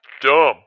dumb